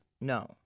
No